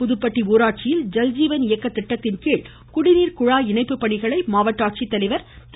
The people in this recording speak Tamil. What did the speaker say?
புதுப்பட்டி ஊராட்சியில் ஜல்ஜீவன் இயக்க திட்டத்தின்கீழ் குடிநீர் குழாய் இணைப்பு பணிகளை மாவட்ட ஆட்சித்தலைவர் திரு